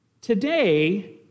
today